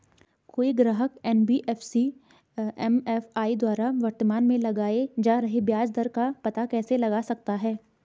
कोई ग्राहक NBFC MFI द्वारा वर्तमान में लगाए जा रहे ब्याज दर का पता कैसे लगा सकता है?